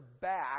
back